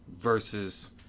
versus